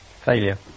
failure